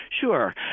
Sure